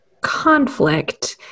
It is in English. conflict